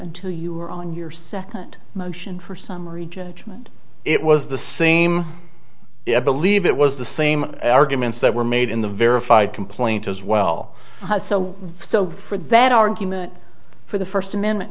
to you or on your second motion for summary judgment it was the same i believe it was the same arguments that were made in the verified complaint as well so so for that argument for the first amendment